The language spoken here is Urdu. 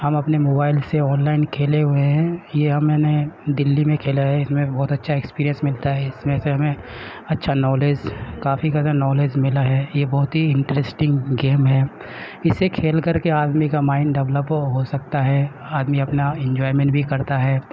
ہم اپنے موبائل سے آن لائن کھیلے ہوئے ہیں یہ میں نے دلی میں کھیلا ہے اس میں بہت اچھا ایکسپیرئس ملتا ہے اس میں سے ہمیں اچھا نالج کافی زیادہ نالج ملا ہے یہ بہت ہی انٹرسٹنگ گیم ہے اسے کھیل کر کے آدمی کا مائنڈ ڈیولپ ہو ہو سکتا ہے آدمی اپنا انجوائیمینٹ بھی کرتا ہے